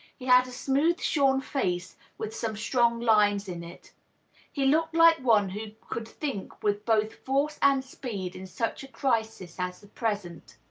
he had a smooth-shorn face, with some strong lines in it he looked like one who could think with both force and speed in such a crisis as the present.